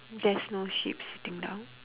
there's no sheep sitting down